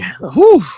whoo